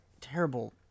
Terrible